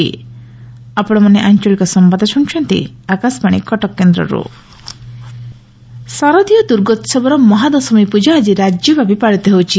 ବିଜୟାଦଶମୀ ଶାରଦୀୟ ଦୁର୍ଗୋସବର ମହାଦଶମୀ ପୂଜା ଆଜି ରାଜ୍ୟବ୍ୟାପୀ ପାଳିତ ହେଉଛି